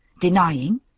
denying